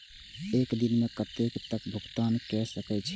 एक दिन में कतेक तक भुगतान कै सके छी